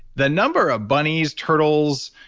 the number of bunnies, turtles,